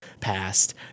past